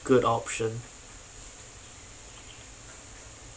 good option